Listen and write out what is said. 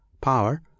power